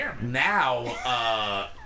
Now